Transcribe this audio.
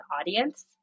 audience